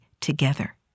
together